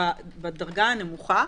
בדרגה הנמוכה.